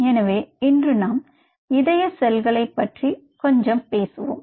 எனவே இன்று நாம் இதய செல்களைப் பற்றி கொஞ்சம் பேசுவோம்